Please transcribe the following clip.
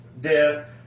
death